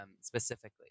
specifically